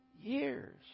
years